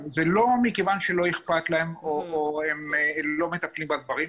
זה לא מכיוון שלא אכפת להם או שהם לא מטפלים בדברים.